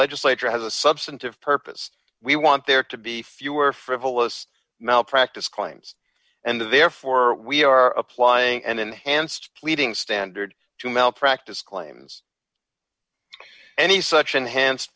legislature has a substantive purpose we want there to be fewer frivolous malpractise claims and therefore we are applying an enhanced pleading standard to malpractise claims any such an enhanced